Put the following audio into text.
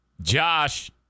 Josh